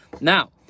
Now